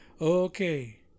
Okay